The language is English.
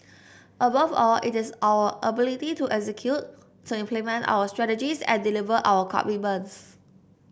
above all it is our ability to execute to implement our strategies and deliver our commitments